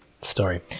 story